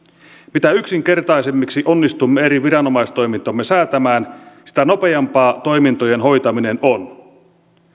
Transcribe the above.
mitä yksinkertaisemmiksi onnistumme eri viranomaistoimintomme säätämään sitä nopeampaa toimintojen hoitaminen on